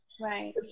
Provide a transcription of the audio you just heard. Right